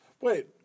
Wait